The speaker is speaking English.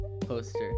poster